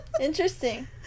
Interesting